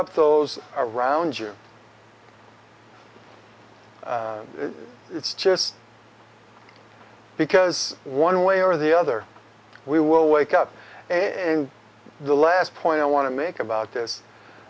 up those around you it's just because one way or the other we will wake up and the last point i want to make about